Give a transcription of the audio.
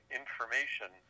information